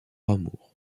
amour